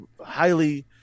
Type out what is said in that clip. highly